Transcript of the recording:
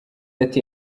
ati